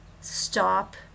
stop